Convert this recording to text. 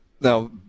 Now